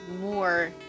more